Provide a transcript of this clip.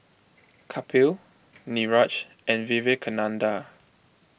Kapil Niraj and Vivekananda